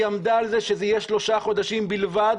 היא עמדה על זה שזה יהיה שלושה חודשים בלבד,